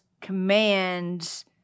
commands